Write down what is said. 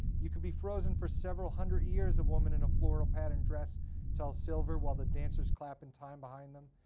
you can be frozen for several hundred years, a woman in a floral-patterned dress tell silver, while the dancers clap in time behind them.